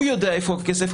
הוא יודע איפה הכסף,